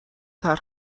طرح